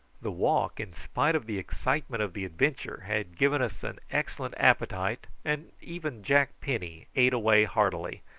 the walk, in spite of the excitement of the adventure, had given us an excellent appetite, and even jack penny ate away heartily,